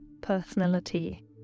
personality